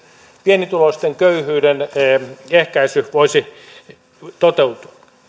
pienituloisten köyhyyden ehkäisy voisi toteutua arvoisa puhemies